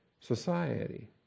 society